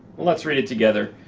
let's read it together,